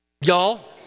Y'all